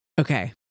Okay